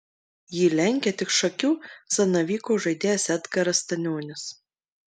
jį lenkia tik šakių zanavyko žaidėjas edgaras stanionis